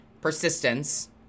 persistence